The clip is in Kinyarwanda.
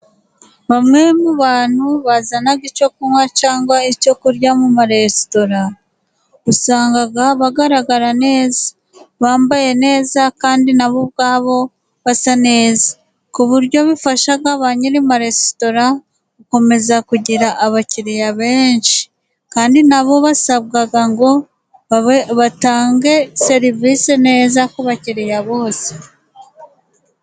Bamwe mu bantu bazana icyo kunywa cyangwa icyo kurya mu maresitora, usanga bagaragara neza, bambaye neza kandi na bo ubwabo basa neza, ku buryo bifasha ba nyiri amaresitora gukomeza kugira abakiriya benshi kandi na bo basabwa ngo batange serivisi neza ku bakiriya bose.